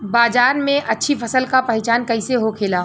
बाजार में अच्छी फसल का पहचान कैसे होखेला?